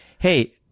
Hey